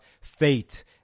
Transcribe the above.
fate